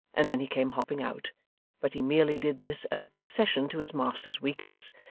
and then he came hopping out but he merely did this as a concession to his master's weakness,